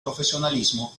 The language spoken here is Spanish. profesionalismo